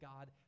God